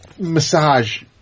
Massage